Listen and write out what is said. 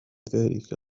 ذلك